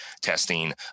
testing